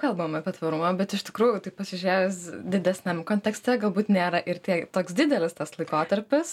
kalbam apie tvarumą bet iš tikrųjų tai pasižiūrėjus didesniam kontekste galbūt nėra ir tai toks didelis tas laikotarpis